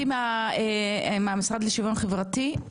אני מהמשרד לשוויון חברתי.